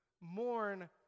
mourn